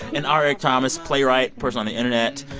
and r. eric thomas, playwright, person on the internet,